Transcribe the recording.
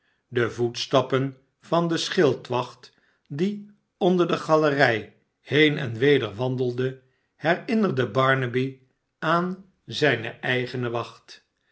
de voetstappen van den schildwacht die onder de galerij heen en weder wandelde herinnerden barnaby aan zijne eigene wacht